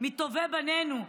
מטובי בנינו.